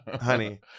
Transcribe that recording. Honey